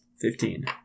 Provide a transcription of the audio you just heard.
Fifteen